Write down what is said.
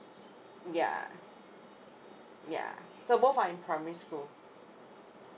yeah yeah so both are in primary school